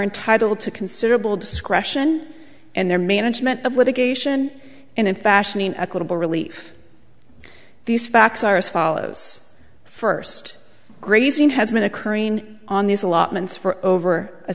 entitled to considerable discretion and their management of litigation and in fashioning equitable relief these facts are as follows first grazing has been occurring on these allotments for over a